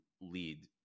lead